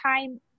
time